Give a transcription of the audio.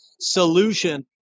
solution